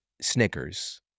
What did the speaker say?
Snickers